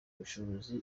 ubushobozi